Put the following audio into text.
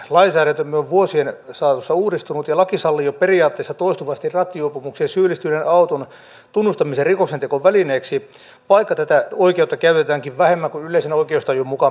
lainsäädäntömme on vuosien saatossa uudistunut ja laki sallii jo periaatteessa toistuvasti rattijuopumukseen syyllistyneen auton tunnustamisen rikoksentekovälineeksi vaikka tätä oikeutta käytetäänkin vähemmän kuin yleisen oikeustajun mukaan pitäisi